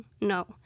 No